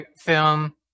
film